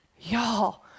Y'all